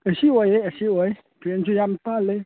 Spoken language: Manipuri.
ꯑꯦ ꯁꯤ ꯑꯣꯏꯔꯦ ꯑꯦ ꯁꯤ ꯑꯣꯏ ꯐꯦꯟꯁꯨ ꯌꯥꯝ ꯄꯥꯜꯂꯤ